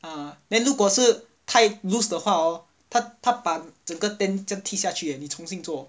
ah then 如果是太 loose 的话 hor 他他把整个 tent 这样踢下去 eh 你重新做